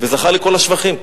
וזכה לכל השבחים: